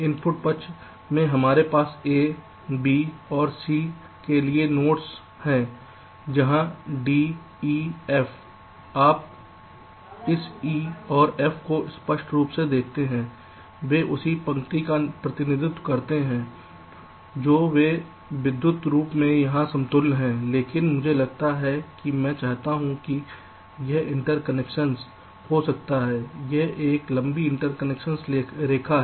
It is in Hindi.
इनपुट पक्ष में हमारे पास A B और C के लिए नोड्स हैं यहां D E F आप इस E और F को स्पष्ट रूप से देखते हैं वे उसी पंक्ति का प्रतिनिधित्व करते हैं जो वे विद्युत रूप से वहां समतुल्य हैं लेकिन मुझे लगता है कि मैं चाहता हूं कि यह इंटरकनेक्शन हो सकता है ये एक लंबी इंटरकनेक्शन रेखा हैं